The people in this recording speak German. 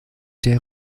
der